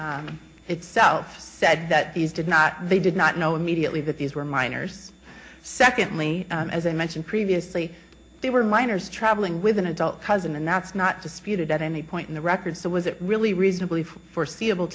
government itself said that these did not they did not know immediately that these were minors secondly as i mentioned previously they were minors traveling with an adult cousin and that's not disputed at any point in the record so was it really reasonably foreseeable